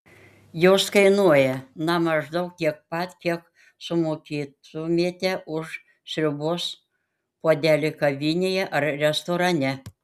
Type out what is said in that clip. jos kainuoja na maždaug tiek pat kiek sumokėtumėte už sriubos puodelį kavinėje ar restorane